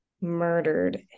murdered